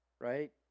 right